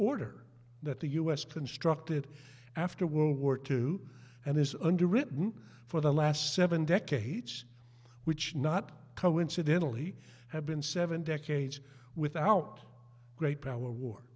order that the u s constructed after world war two and it's underwritten for the last seven decades which not coincidentally have been seven decades without great power war